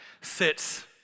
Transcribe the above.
sits